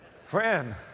Friend